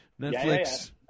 Netflix